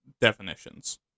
definitions